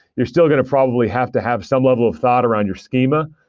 you're still going to probably have to have some level of thought around your schema,